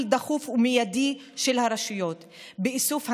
דחוף ומיידי של הרשויות באיסוף הנשק,